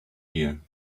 here